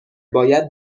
باید